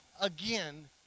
again